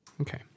Okay